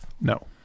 No